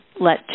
let